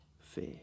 fair